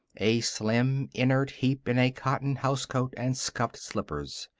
a slim, inert heap in a cotton house coat and scuffed slippers.